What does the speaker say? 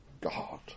God